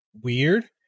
weird